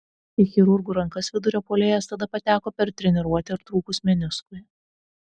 į chirurgų rankas vidurio puolėjas tada pateko per treniruotę trūkus meniskui